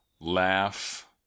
laugh